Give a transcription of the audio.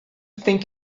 think